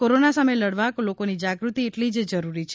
corona સામે લડવા લોકોની જાગૃતિ એટલી જ જરૂરી છે